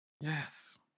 Yes